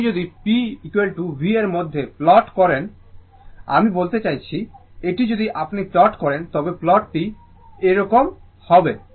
আপনি যদি P V এর মধ্যেI প্লট করেন আমি বলতে চাইছি এটি যদি আপনি প্লট করেন তবে প্লটিংটি এরকম হবে